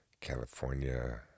California